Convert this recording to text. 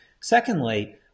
Secondly